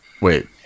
Wait